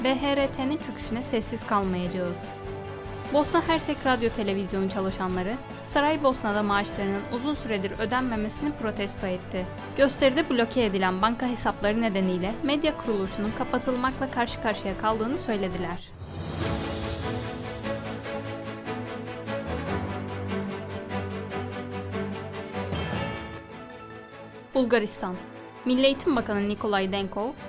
B.H.R.T.'nin çöküşüne sessiz kalmayacağız. Bosna Hersek Radyo Televizyonu çalışanları, Saray Bosna'da maaşlarının uzun süredir ödenmemesini protesto etti. Gösteride bloke edilen banka hesapları nedeniyle medya kuruluşunun kapatılmakla karşı karşıya kaldığını söylediler. Bulgaristan. Milli Eğitim Bakanı Nikolay Denkov,